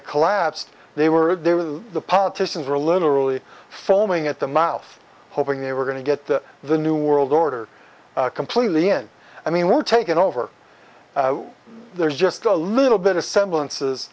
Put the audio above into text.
it collapsed they were there with the politicians were literally foaming at the mouth hoping they were going to get the new world order completely in i mean were taken over there's just a little bit of semblance